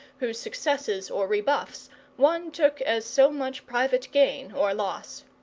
whose successes or rebuffs one took as so much private gain or loss.